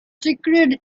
secret